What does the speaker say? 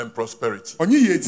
prosperity